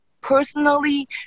personally